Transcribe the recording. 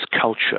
culture